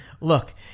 look